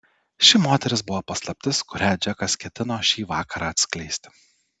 ši moteris buvo paslaptis kurią džekas ketino šį vakarą atskleisti